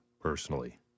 personally